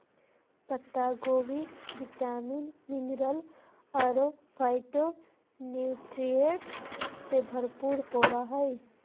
पत्ता गोभी vitamin, mineral अरो फाइटोन्यूट्रिएंट्स से भरपूर होबा हइ